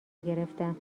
گرفتم